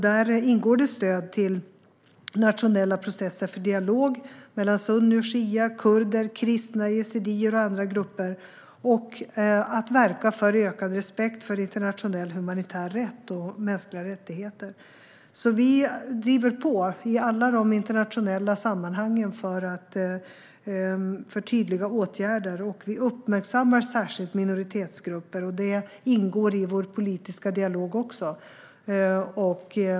Där ingår stöd till nationella processer för dialog mellan sunni och shia, kurder, kristna, yazidier och andra grupper och för att verka för ökad respekt för internationell humanitär rätt och mänskliga rättigheter. Vi driver alltså på i alla de internationella sammanhangen för tydliga åtgärder. Vi uppmärksammar särskilt minoritetsgrupper, och det ingår i vår politiska dialog också.